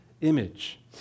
image